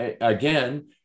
again